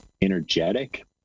energetic